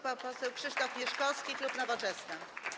Pan poseł Krzysztof Mieszkowski, klub Nowoczesna.